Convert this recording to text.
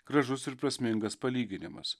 gražus ir prasmingas palyginimas